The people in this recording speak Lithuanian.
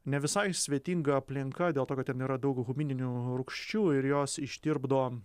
ne visai svetinga aplinka dėl to kad ten yra daug homininių rūgščių ir jos ištirpdo